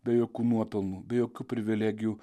be jokių nuopelnų be jokių privilegijų